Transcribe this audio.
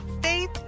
faith